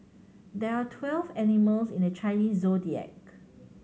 there are twelve animals in the Chinese Zodiac